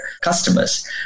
customers